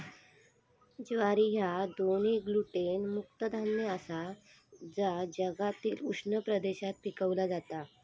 ज्वारी ह्या दोन्ही ग्लुटेन मुक्त धान्य आसा जा जगातील उष्ण प्रदेशात पिकवला जाता